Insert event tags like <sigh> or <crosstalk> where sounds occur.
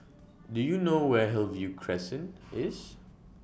<noise> Do YOU know Where Hillview Crescent <noise> IS